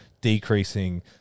decreasing